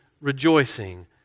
rejoicing